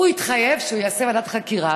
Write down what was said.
הוא התחייב שהוא יעשה ועדת חקירה,